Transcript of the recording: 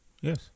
Yes